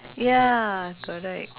ya correct